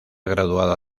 graduada